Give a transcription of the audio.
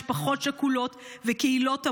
משפחות שכולות וקהילות המומות,